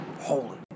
Holy